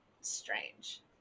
strange